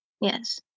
yes